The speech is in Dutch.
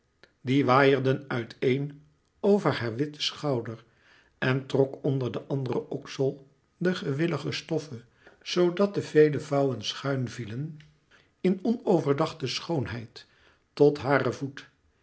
die waaierden uit een over haar witten schouder en trok onder den anderen oksel de gewillige stoffe zoo dat de vele vouwen schuin vielen in onoverdachte schoonheid tot haren voet